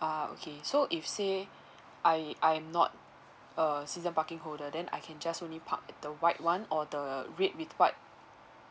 ah okay so if say I I'm not a season parking holder then I can just only park at the white one or the red with white